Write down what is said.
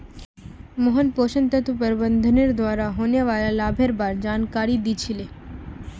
मोहन पोषण तत्व प्रबंधनेर द्वारा होने वाला लाभेर बार जानकारी दी छि ले